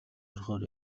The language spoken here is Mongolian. орохоор